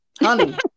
honey